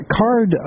card